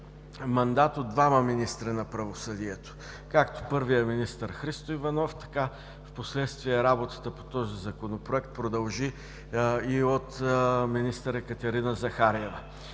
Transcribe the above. мандат от двама министри на правосъдие, както от единия министър – Христо Иванов, така впоследствие работата по този Законопроект продължи и от министър Екатерина Захариева.